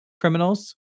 criminals